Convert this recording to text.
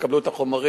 תקבלו את החומרים,